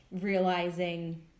realizing